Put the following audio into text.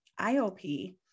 IOP